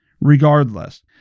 regardless